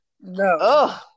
No